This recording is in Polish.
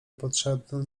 potrzebne